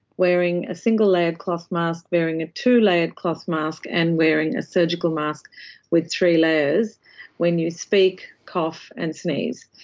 wearing a single-layer cloth mask, wearing a two-layered cloth mask, and wearing a surgical mask with three layers when you speak, cough and sneeze,